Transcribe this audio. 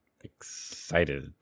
Excited